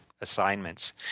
assignments